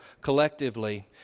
collectively